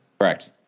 Correct